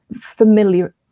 familiar